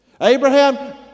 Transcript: Abraham